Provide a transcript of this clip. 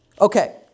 Okay